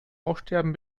aussterben